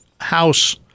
house